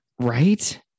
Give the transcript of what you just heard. right